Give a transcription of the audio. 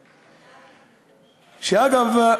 אגב,